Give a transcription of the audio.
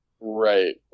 Right